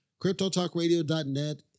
CryptoTalkRadio.net